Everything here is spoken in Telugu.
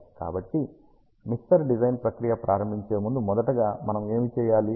కాబట్టి మిక్సర్ డిజైన్ ప్రక్రియ ప్రారంభించే ముందు మొదటగా మనము ఏమి చేయాలి